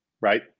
right